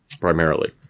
primarily